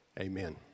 Amen